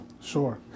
Sure